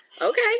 Okay